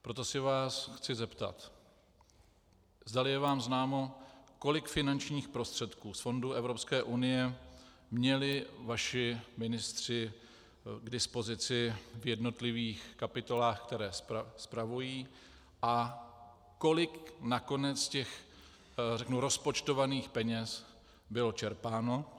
Proto se vás chci zeptat, zdali je vám známo, kolik finančních prostředků z fondů Evropské unie měli vaši ministři k dispozici v jednotlivých kapitolách, které spravují, a kolik nakonec těch rozpočtovaných peněz bylo čerpáno.